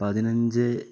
പതിനഞ്ച്